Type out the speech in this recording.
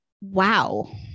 Wow